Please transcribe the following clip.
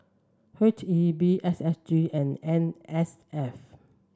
H E B S S G and N S F